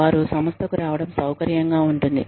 వారు సంస్థకు రావడం సౌకర్యంగా ఉంటుంది